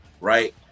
right